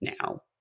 now